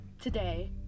today